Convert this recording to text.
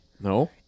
No